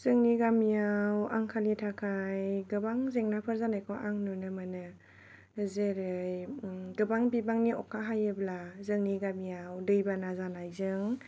जोंनि गामिआव आंखालनि थाखाय गोबां जेंनाफोर जानायखौ आं नुनो मोनो जेरै गोबां बिबांनि अखा हायोब्ला जोंनि गामिआव दैबाना जानायजों